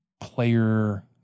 player